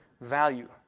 value